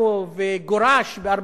אבל פלסטיני שנולד ביפו וגורש ב-1948,